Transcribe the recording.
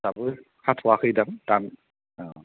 दाबो हाथ'आखै दां दान अ'